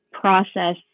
process